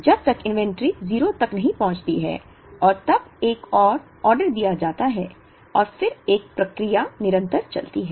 जब तक इन्वेंट्री 0 तक नहीं पहुंचती है और तब एक और ऑर्डर दिया जाता है और फिर यह प्रक्रिया निरंतर चलती है